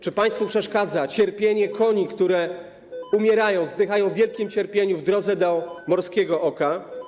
Czy państwu przeszkadza cierpienie koni, które umierają, zdychają w wielkim cierpieniu w drodze do Morskiego Oka?